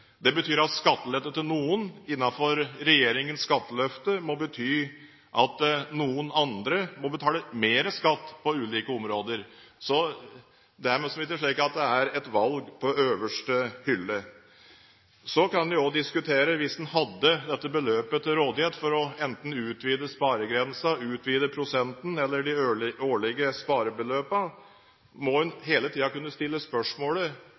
Det betyr at skattelette til noen innenfor regjeringens skatteløfte må bety at noen andre må betale mer skatt på ulike områder. Det er liksom ikke slik at det er et valg på øverste hylle. Så kan en også diskutere: Hvis en hadde dette beløpet til rådighet, enten for å utvide sparegrensen, utvide prosenten eller de årlige sparebeløpene, må en hele tiden kunne stille spørsmålet